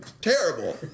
Terrible